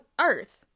earth